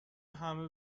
همه